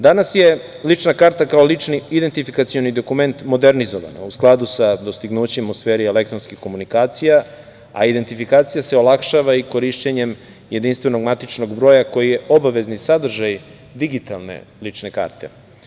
Danas je lična karata, kao lični identifikacioni dokument modernizovan, a u skladu sa dostignućima u sferi elektronskih komunikacija, a identifikacija se olakšava i korišćenjem JMBG, koji je obavezni sadržaj digitalne lične karte.